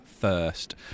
first